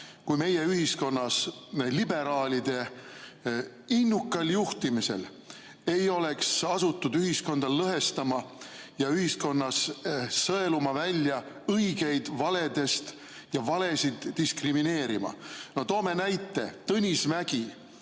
kui meie ühiskonnas liberaalide innukal juhtimisel ei oleks asutud ühiskonda lõhestama ja ühiskonnas sõeluma välja õigeid valedest ja valesid diskrimineerima. No toome näite. Tõnis Mägi,